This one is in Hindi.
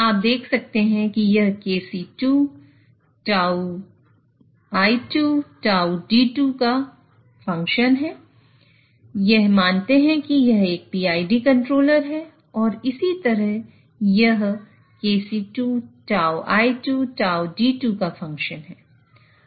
आप देख सकते हैं कि यह KC2 tauI2और taud2का फंक्शन है यह मानते हैं कि यह एक PID कंट्रोलर है और इसी तरह यह KC2 tauI2 taud2 का फंक्शन है